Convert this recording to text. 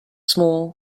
small